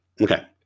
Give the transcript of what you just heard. Okay